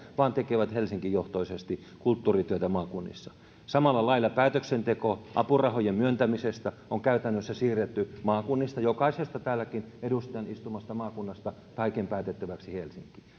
vaan tekevät helsinki johtoisesti kulttuurityötä maakunnissa samalla lailla päätöksenteko apurahojen myöntämisestä on käytännössä siirretty maakunnista jokaisesta täälläkin edustajan istumasta maakunnasta taiken päätettäväksi helsinkiin